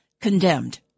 condemned